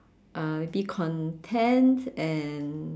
uh be content and